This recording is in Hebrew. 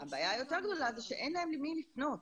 אבל הבעיה היותר גדולה היא שאין להם למי לפנות.